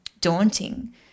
daunting